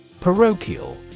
Parochial